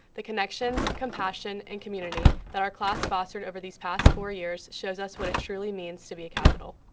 the connections compassion and community that our class fostered over these past four years shows us what it truly means to be a capital.